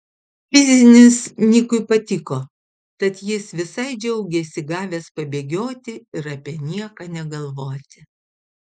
fizinis nikui patiko tad jis visai džiaugėsi gavęs pabėgioti ir apie nieką negalvoti